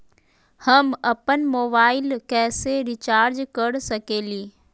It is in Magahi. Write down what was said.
हम अपन मोबाइल कैसे रिचार्ज कर सकेली?